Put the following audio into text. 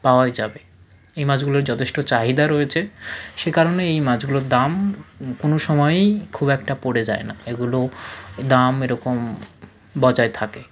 পাওয়াই যাবে এই মাছগুলোর যথেষ্ট চাহিদা রয়েছে সেই কারণে এই মাছগুলোর দাম কোনও সময়ই খুব একটা পড়ে যায় না এগুলো দাম এরকম বজায় থাকে